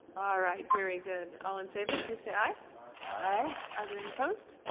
all right very good all in favor please say aye aye are there any opposed?